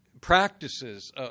practices